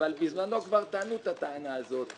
אבל בזמנו כבר טענו את הטענה הזאת,